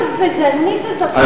הבזבזנית הזאת,